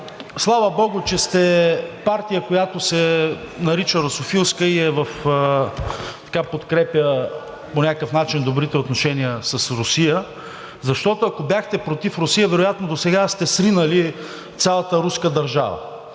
слава богу, че сте партия, която се нарича русофилска и подкрепя по някакъв начин добрите отношения с Русия, защото, ако бяхте против Русия, вероятно досега да сте сринали цялата руска държава.